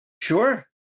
Sure